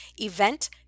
event